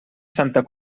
santa